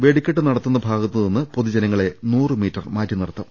വെടിക്കെട്ട് നടത്തുന്ന ഭാഗത്തു നിന്ന് പൊതു ജനങ്ങളെ നൂറുമീറ്റർ മാറ്റിനിർത്തും